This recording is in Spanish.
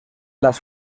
las